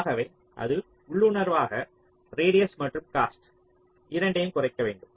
ஆகவே அது உள்ளுணர்வாக ரேடியஸ் மற்றும் காஸ்ட் இரண்டையும் குறைக்க வேண்டும்